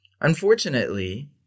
unfortunately